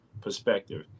perspective